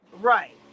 Right